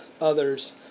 others